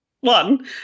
One